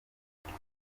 nubwo